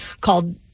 called